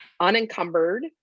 unencumbered